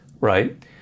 right